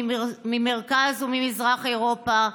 ממרכז וממזרח אירופה,